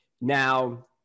Now